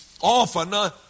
often